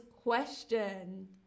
question